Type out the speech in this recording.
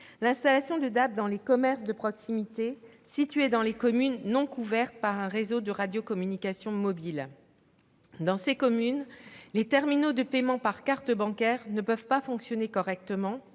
l'installation de DAB dans les commerces de proximité situés dans les communes non couvertes par un réseau de radiocommunication mobile. Dans ces communes, les terminaux de paiement par carte bancaire ne peuvent pas fonctionner correctement,